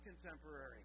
contemporary